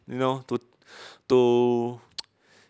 you know to to